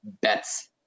bets